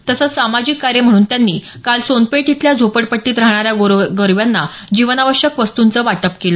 तसंच सामाजिक कार्य म्हणून त्यांनी काल सोनपेठ इथल्या झोपडपट्टीत राहणाऱ्या गोरगरीबांना जिवनावश्यक वस्तुंचं वाटप केलं